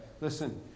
listen